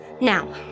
Now